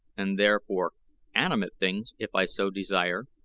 and therefore animate things if i so desire,